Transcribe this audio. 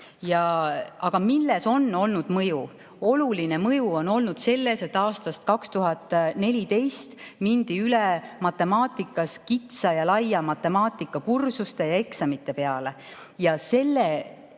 Aga milles on olnud mõju? Oluline mõju on olnud selles, et aastast 2014 mindi matemaatikas üle kitsa ja laia matemaatikakursuse ja eksami peale. Selle